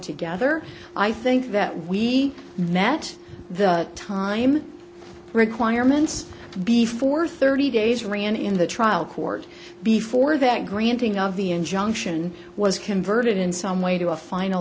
together i think that we that the time requirements before thirty days ran in the trial court before that granting of the injunction was converted in some way to a final